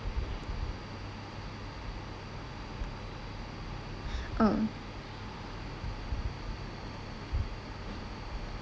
uh